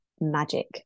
magic